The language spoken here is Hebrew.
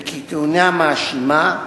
וכטיעוני המאשימה,